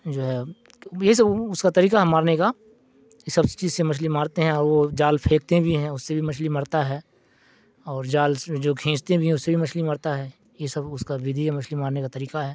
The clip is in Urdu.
جو ہے یہ سب اس کا طریقہ ہے مارنے کا یہ سب چیز سے مچھلی مارتے ہیں اور وہ جال پھینکتے بھی ہیں اس سے بھی مچھلی مرتا ہے اور جال جو کھینچتے بھی ہیں اس سے بھی مچھلی مرتا ہے یہ سب اس کا ودھی کا مچھلی مارنے کا طریقہ ہے